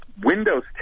Windows